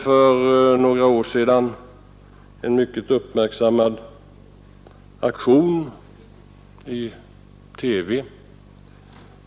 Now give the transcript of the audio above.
För några år sedan gjordes en mycket uppmärksammad aktion i TV.